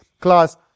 class